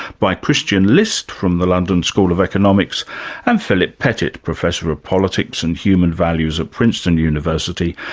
by christian list from the london school of economics and philip pettit, professor of politics and human values at princeton university,